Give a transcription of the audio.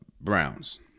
Browns